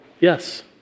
Yes